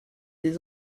des